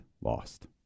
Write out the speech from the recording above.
lost